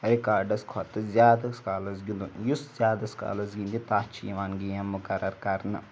رِکاڈَس کھۄتہٕ زیادَس کالَس گِنٛدُن یُس زیادَس کالَس گِںٛدِ تَتھ چھِ یِوان گیم مُقرر کَرنہٕ